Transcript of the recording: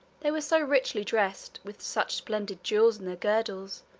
they were so richly dressed, with such splendid jewels in their girdles,